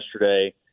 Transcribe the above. yesterday